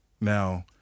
Now